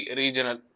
regional